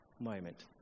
moment